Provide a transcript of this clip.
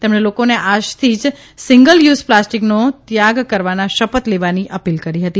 તેમણે લોકોને આજથી જ સીંગલ યુઝ પ્લાસ્ટીકનો ત્યાગ કરવાના શૈ થ લેવાની અ ીલ કરી હતી